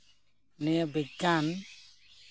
ᱱᱤᱭᱟᱹ ᱵᱤᱜᱽᱜᱟᱱ